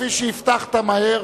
כפי שהבטחת, מהר.